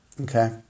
Okay